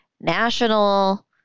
national